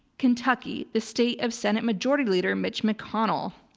kentucky, the state of senate majority leader mitch mcconnell.